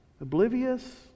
Oblivious